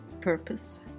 Purpose